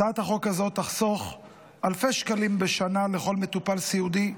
הצעת החוק הזאת תחסוך אלפי שקלים בשנה לכל מטופל סיעודי.